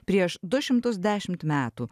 prieš du šimtus dešimt metų